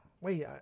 Wait